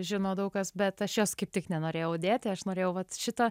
žino daug kas bet aš jos kaip tik nenorėjau dėti aš norėjau vat šito